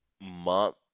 month